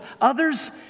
others